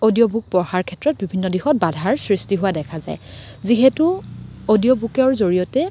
audio book পঢ়াৰ ক্ষেত্ৰত বিভিন্ন দিশত বাধাৰ সৃষ্টি হোৱা দেখা যায় যিহেতু অডিঅ' বুকৰ জৰিয়তে